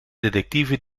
detective